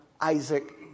Isaac